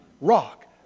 rock